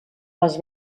les